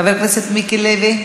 חבר הכנסת מיקי לוי.